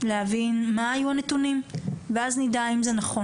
להבין מה היו הנתונים ואז נדע אם זה נכון